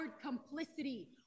complicity